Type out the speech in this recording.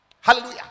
Hallelujah